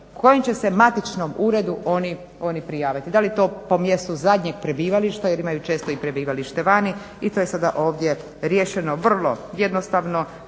kojem će se matičnom uredu oni prijaviti. Da li to po mjestu zadnjeg prebivališta jer imaju često i prebivalište vani i to je sada ovdje riješeno vrlo jednostavno,